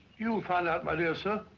you will find out, my dear sir,